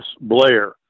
Blair